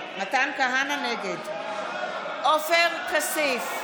כהנא, נגד עופר כסיף,